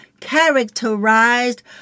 characterized